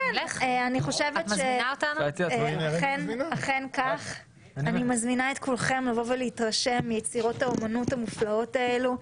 אני מזמינה את כולכם לבוא ולהתרשם מיצירות האומנות המרהיבות האלה.